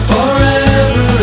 Forever